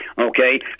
okay